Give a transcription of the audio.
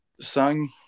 sang